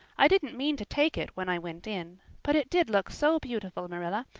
i didn't mean to take it when i went in. but it did look so beautiful, marilla,